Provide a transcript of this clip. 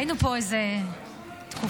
היינו פה איזו תקופה.